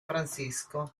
francisco